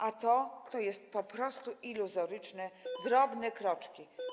A to są po prostu iluzoryczne, drobne kroczki.